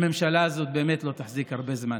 הממשלה הזאת באמת לא תחזיק הרבה זמן.